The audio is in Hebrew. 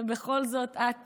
ובכל זאת, את